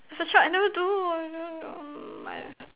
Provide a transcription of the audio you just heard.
it's the truth I never do